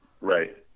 right